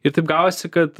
ir taip gavosi kad